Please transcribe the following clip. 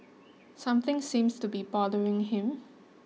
something seems to be bothering him